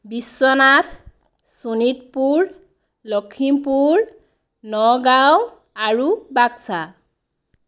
বিশ্বনাথ শোণিতপুৰ লখিমপুৰ নগাঁও আৰু বাক্সা